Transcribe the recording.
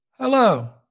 Hello